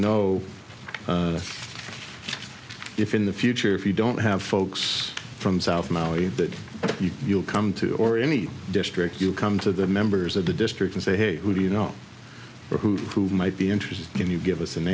know if in the future if you don't have folks from south maui that you'll come to or in the district you come to the members of the district and say hey who do you know or who might be interested in you give us